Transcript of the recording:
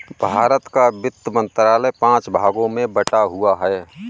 भारत का वित्त मंत्रालय पांच भागों में बटा हुआ है